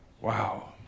Wow